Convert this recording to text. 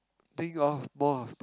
think of more